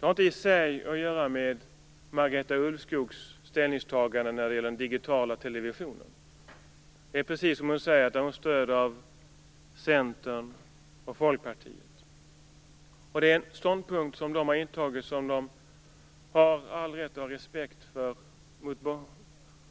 Det har inte i sig att göra med Marita Ulvskogs ställningstagande när det gäller den digitala televisionen. Det är precis som hon säger; där har hon stöd av Centern och Folkpartiet. Det är en ståndpunkt som de har intagit som de har all rätt att få respekt för - åtminstone